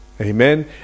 Amen